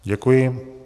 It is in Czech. Děkuji.